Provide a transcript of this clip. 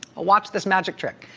watch this magic trick.